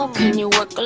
um you look